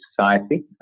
society